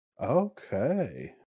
Okay